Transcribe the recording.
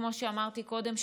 כמו שאמרתי קודם,